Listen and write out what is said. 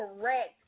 correct